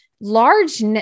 large